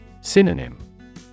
Synonym